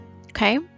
okay